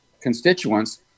constituents